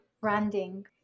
branding